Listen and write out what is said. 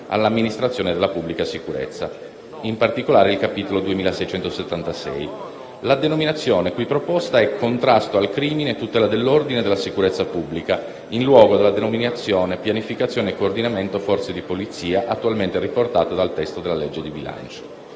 all'amministrazione della pubblica sicurezza, in particolare il capitolo 2676. La denominazione qui proposta è «Contrasto al crimine, tutela dell'ordine e della sicurezza pubblica», in luogo della denominazione «Pianificazione e coordinamento Forze di polizia», attualmente riportato dal testo della legge di bilancio.